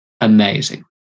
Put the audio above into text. amazing